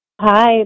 Hi